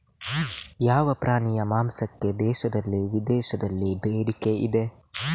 ಯಾವ ಪ್ರಾಣಿಯ ಮಾಂಸಕ್ಕೆ ದೇಶದಲ್ಲಿ ವಿದೇಶದಲ್ಲಿ ಬೇಡಿಕೆ ಇದೆ?